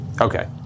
Okay